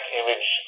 image